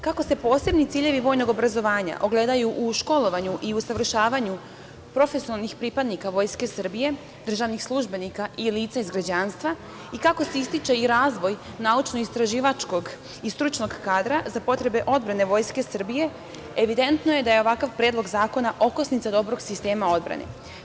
Kako se posebni ciljevi vojnog obrazovanja ogledaju u školovanju i usavršavanju profesionalnih pripadnika Vojske Srbije, državnih službenika i lica iz građanstva i kako se ističe i razvoj naučno-istraživačkog i stručnog kadra za potrebe Vojske Srbije, evidentno je da je ovakav Predlog zakona okosnica dobrog sistema odbrane.